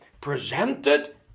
Presented